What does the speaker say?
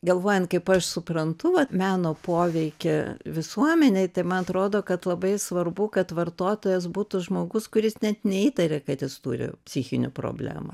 galvojant kaip aš suprantu vat meno poveikį visuomenei tai man atrodo kad labai svarbu kad vartotojas būtų žmogus kuris net neįtaria kad jis turi psichinių problemų